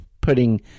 putting